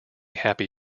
happy